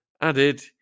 added